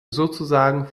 sozusagen